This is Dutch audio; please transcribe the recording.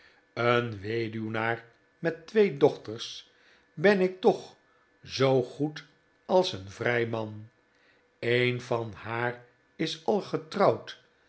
een weduwnaar met twee dochters ben ik toch zoo goed als een vrij man een van haar is al getrouwd